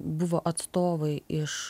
buvo atstovai iš